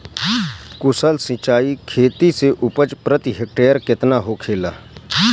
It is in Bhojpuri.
कुशल सिंचाई खेती से उपज प्रति हेक्टेयर केतना होखेला?